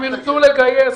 עובדים טובים ייקלטו.